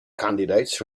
candidates